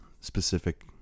specific